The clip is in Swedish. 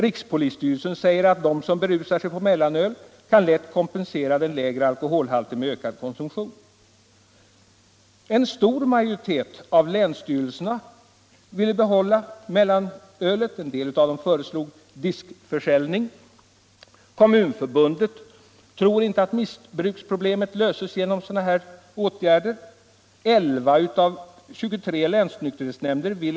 Rikspolisstyrelsen säger: ”De som berusar sig på mellanöl kan lätt kompensera den lägre alkoholhalten med ökad konsumtion.” En stor majoritet av länsstyrelserna vill behålla mellanölet. En del av dem föreslår diskförsäljning. Kommunförbundet tror inte att missbruksproblemet löses genom sådana här åtgärder.